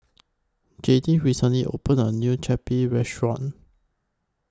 Jadiel recently opened A New Chapati Restaurant